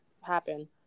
happen